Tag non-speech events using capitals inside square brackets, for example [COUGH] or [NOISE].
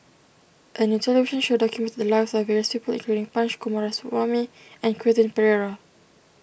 a new television show documented the lives of various people [NOISE] including Punch Coomaraswamy and Quentin Pereira